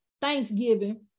Thanksgiving